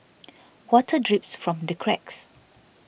water drips from the cracks